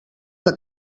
que